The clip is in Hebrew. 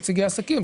נציגי העסקים,